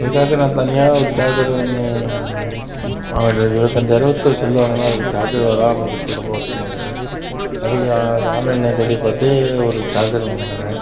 அதுக்காக நான் தனியாக ஒரு சார்ஜர் ஒன்று வாங்க வேண்டியதாக இருக்குது இருபத்தஞ்சாயருவா கொடுத்து ஒரு செல் வாங்கினா அதுக்கு சார்ஜர் வராமல் இருக்கது ரொம்ப வருத்தமாக இருக்குது அதுக்காக அது ஆன்லைன்ல தேடி பார்த்து ஒரு சார்ஜர் ஒன்று வாங்கினேன்